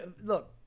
Look